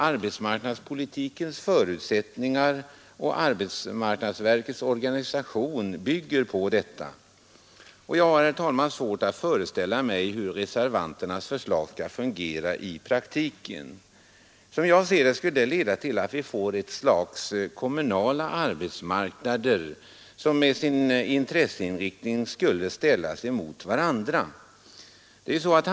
Arbetsmarknadspolitikens förutsättningar och arbetsmarknadsverkets organisation bygger på detta. Jag har, herr talman, svårt att föreställa mig hur reservanternas förslag skulle fungera i praktiken. Som jag ser det, skulle det leda till att vi får ett slags kommunala arbetsmarknader, som i sin intresseinriktning skulle ställa kommunerna mot varandra.